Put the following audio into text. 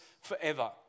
forever